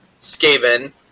Skaven